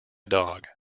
dog